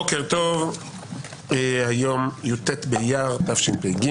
בוקר טוב, היום י"ט באייר התשפ"ג.